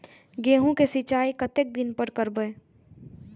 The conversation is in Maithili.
गेहूं का सीचाई कतेक दिन पर करबे?